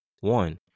One